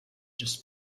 just